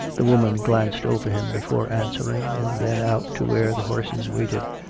the woman glanced over him before answering, and then out to where the horses waited.